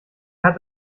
hat